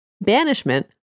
banishment